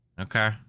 okay